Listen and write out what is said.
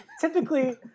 Typically